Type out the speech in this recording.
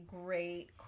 great